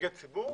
נציגי ציבור,